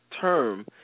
term